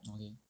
okay